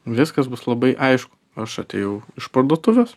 viskas bus labai aišku aš atėjau iš parduotuvės